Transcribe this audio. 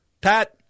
Pat